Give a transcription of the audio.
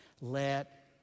Let